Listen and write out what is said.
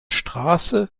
straße